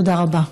תודה רבה.